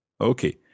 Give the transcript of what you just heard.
Okay